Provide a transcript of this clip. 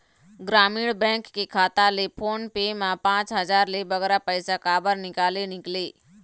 ग्रामीण बैंक के खाता ले फोन पे मा पांच हजार ले बगरा पैसा काबर निकाले निकले?